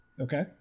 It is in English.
Okay